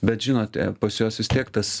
bet žinote pas juos vis tiek tas